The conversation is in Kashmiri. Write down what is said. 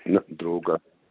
نہَ درٛۅگ ہا